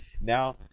Now